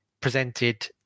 presented